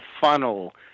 funnel